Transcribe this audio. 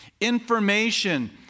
Information